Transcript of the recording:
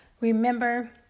remember